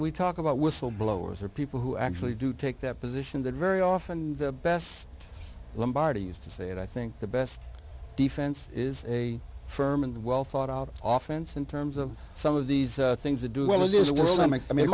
we talk about whistleblowers or people who actually do take that position that very often the best lumbar to use to say that i think the best defense is a firm and well thought out often in terms of some of these things to do well is a world i m